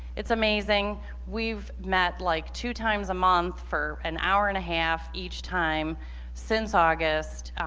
it's amazing we've met like two times a month for an hour and a half each time since august.